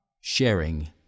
sharing